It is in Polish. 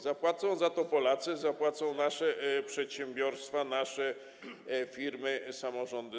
Zapłacą za to Polacy, zapłacą nasze przedsiębiorstwa, nasze firmy, samorządy.